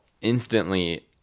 instantly